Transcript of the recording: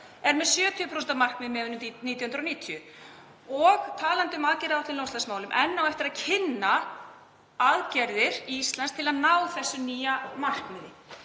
er með 70% af markmiði miðað við 1990. Og talandi um aðgerðaáætlun í loftslagsmálum á enn eftir að kynna aðgerðir Íslands til að ná þessu nýja markmiði,